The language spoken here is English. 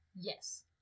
Yes